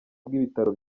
bw’ibitaro